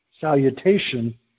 salutation